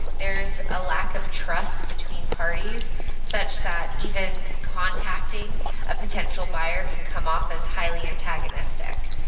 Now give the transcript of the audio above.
there is a lack of trust between parties such that even contacting a potential buyer can come off as highly antagonistic.